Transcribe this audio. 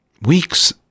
weeks